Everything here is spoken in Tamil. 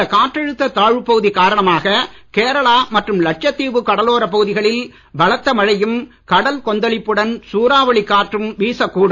இந்த காற்றழுத்த தாழ்வுப்பகுதி காரணமாக கேரளா மற்றும் லட்சத்தீவு கடலோரப் பகுதிகளில் பலத்த மழை கடல் கொந்தளிப்புடன் சூறாவளி காற்று வீசக்கூடும்